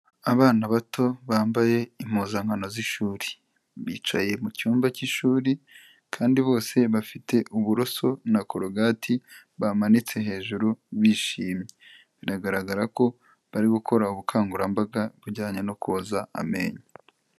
Abana bato bambaye impuzankano z'ishuri, bicaye mu cyumba cy'ishuri kandi bose bafite uburoso na korogati bamanitse hejuru bishimye, biragaragara ko bari gukora ubukangurambaga bujyanye no koza amenyo.